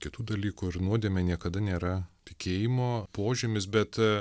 kitų dalykų ir nuodėmė niekada nėra tikėjimo požymis bet